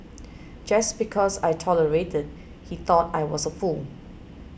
just because I tolerated he thought I was a fool